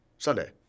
Sunday